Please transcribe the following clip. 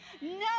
No